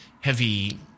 heavy